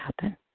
happen